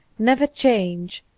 never change,